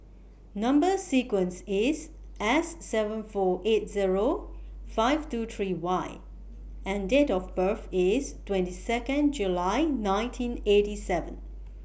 Number sequence IS S seven four eight Zero five two three Y and Date of birth IS twenty Second July nineteen eighty seven